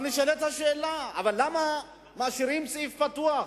אבל נשאלת השאלה, למה משאירים סעיף פתוח?